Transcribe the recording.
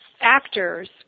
Actors